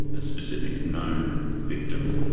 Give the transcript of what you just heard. a specific known victim,